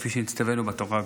כפי שנצטווינו בתורה הקדושה.